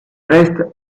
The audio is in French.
restent